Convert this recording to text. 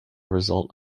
result